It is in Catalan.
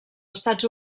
estats